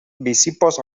bizipoz